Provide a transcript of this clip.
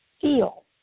feel